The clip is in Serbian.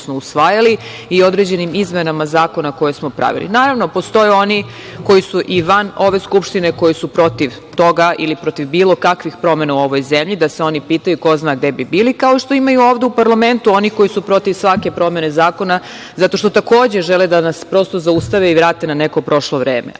i određenim izmenama zakona koje smo pravili. Naravno, postoje oni koji su i van ove Skupštine, koji su protiv toga ili protiv bilo kakvih promena u ovoj zemlji, da se oni pitaju, ko zna gde bi bili, kao što ima ovde u parlamentu onih koji su protiv svake promene zakona, zato što takođe žele da nas zaustave i vrate na neko prošlo vreme. Evo